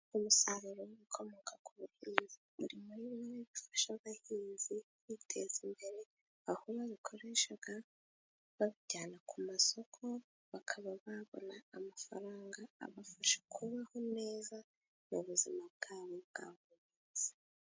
Umusaruro w'ibikomoka ku buhinzi, umurima, ni bimwe mu bifasha abahinzi kwiteza imbere, aho babikoresha babijyana ku masoko, bakaba babona amafaranga abafasha kubaho neza mu buzima bwabo bwa buri munsi.